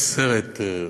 יש סרט,